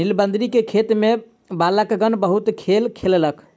नीलबदरी के खेत में बालकगण बहुत खेल केलक